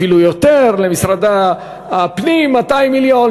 ואפילו יותר: למשרד הפנים 200 מיליון,